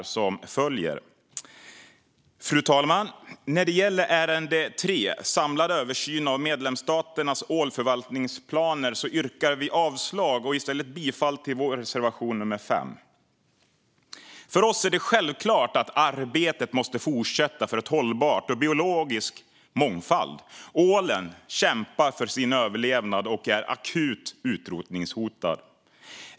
Vi yrkar avslag på utskottets förslag under punkt 3, Samlad översyn av medlemsstaternas ålförvaltningsplaner, och ställer oss bakom vår reservation 5. För oss är det självklart att arbetet måste fortsätta för ett hållbart fiske och biologisk mångfald. Ålen kämpar för sin överlevnad och är akut utrotningshotad.